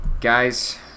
guys